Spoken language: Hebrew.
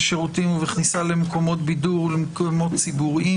בשירותים ובכניסה למקומות בידור ולמקומות ציבוריים